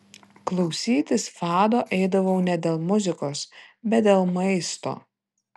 klausytis fado eidavau ne dėl muzikos bet dėl maisto